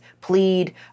plead